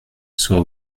soit